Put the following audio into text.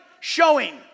showing